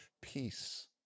peace